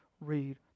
read